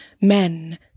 men